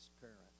parents